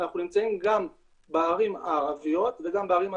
אנחנו נמצאים גם בערים הערביות וגם בערים המעורבות.